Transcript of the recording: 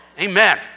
Amen